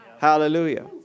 Hallelujah